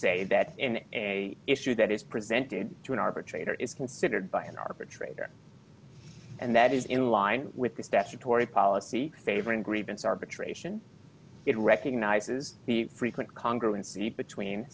say that in a issue that is presented to an arbitrator is considered by an arbitrator and that is in line with the statutory policy favoring grievance arbitration it recognizes the frequent